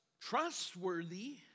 trustworthy